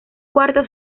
cuarto